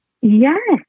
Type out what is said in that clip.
Yes